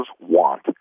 want